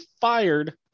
fired